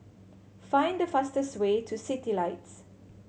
find the fastest way to Citylights